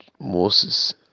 Moses